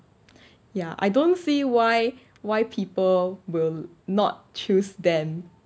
ya I don't see why why people will not choose them